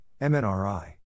MNRI